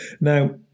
Now